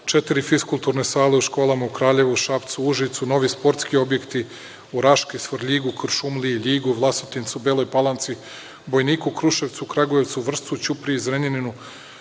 četiri fiskulturne sale u školama u Kraljevu, Šapcu, Užicu, novi sportski objekti u Raški, Svrljigu, Kuršumliji, Ljigu, Vlasotincu, Beloj Palanci, Bojniku, Kruševcu, Kragujevcu, Vršcu, Ćupriji, Zrenjaninu,